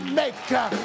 maker